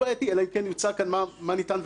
אלא אם כן מוצע כאן מה ניתן ומה לא.